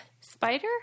Spider